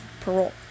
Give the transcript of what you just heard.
parole